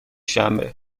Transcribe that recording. شنبه